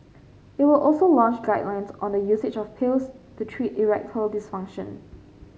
it will also launch guidelines on the usage of pills to treat erectile dysfunction